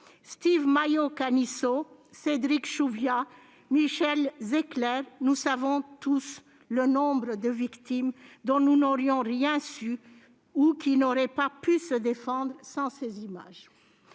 Steve Maia Caniço, Cédric Chouviat, Michel Zecler, nous avons tous à l'esprit ces victimes dont nous n'aurions rien su ou qui n'auraient pas pu se défendre sans ces images.